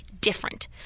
different